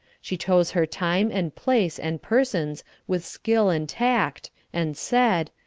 she chose her time and place and persons with skill and tact, and said,